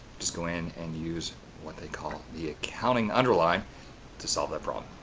just go and and use what they call the accounting underline to solve their problem.